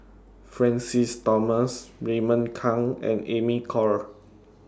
Francis Thomas Raymond Kang and Amy Khor